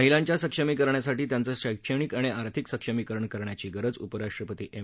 महिलांच्या सक्षमीकरणासाठी त्यांचं शैक्षणिक आणि आर्थिक सक्षमीकरण करण्याची गरज उपराष्ट्रपती एम